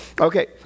Okay